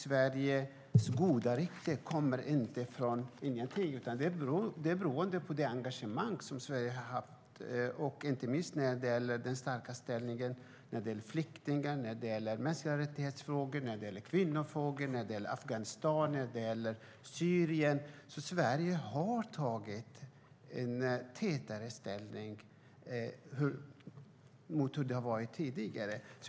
Sveriges goda rykte kommer inte från ingenstans, utan det beror på det engagemang som Sverige har haft, inte minst när det gäller Sveriges starka ställning i fråga om flyktingar, mänskliga rättighetsfrågor, kvinnofrågor, Afghanistan och Syrien. Sverige har intagit en starkare ställning jämfört med hur det har varit tidigare.